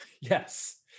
Yes